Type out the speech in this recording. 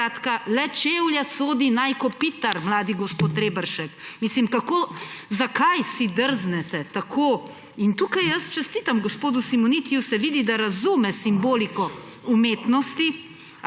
Skratka, le čevlje sodi naj kopitar, mladi gospod Reberšek. Zakaj si drznete tako … In tukaj jaz čestitam gospodu Simonitiju, se vidi, da razume simboliko umetnosti.